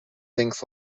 things